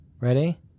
ready